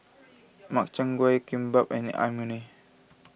Makchang Gui Kimbap and Imoni